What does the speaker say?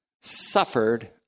suffered